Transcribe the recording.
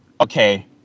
okay